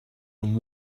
and